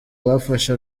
bafashe